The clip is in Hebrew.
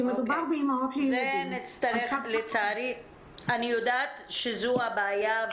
כי מדובר באימהות לילדים על סף --- אני יודעת שזו הבעיה,